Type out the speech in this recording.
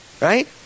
right